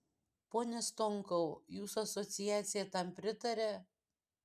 pone stonkau jūsų asociacija tam pritaria